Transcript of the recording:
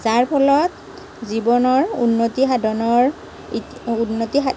যাৰ ফলত জীৱনৰ উন্নতি সাধনৰ ইত উন্নতি